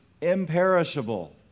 imperishable